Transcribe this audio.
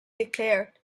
declared